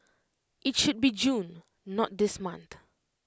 IT should be June not this month